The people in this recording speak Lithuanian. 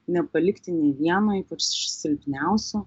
nepalikti nei vieno ypač silpniausių